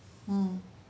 mm